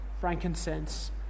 frankincense